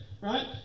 right